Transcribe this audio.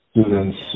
students